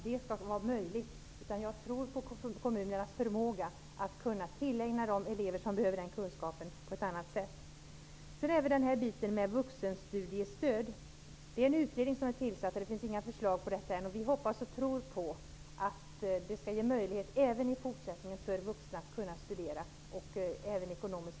Jag tror på kommunernas förmåga att tillägna de elever som behöver kunskapen på annat sätt. Vidare har vi frågan om vuxenstudiestöd. En utredning har tillsatts, men inga förslag har lagts fram än. Men vi hoppas och tror på att det skall även i fortsättningen vara möjligt för vuxna att studera och klara sig ekonomiskt.